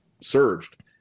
surged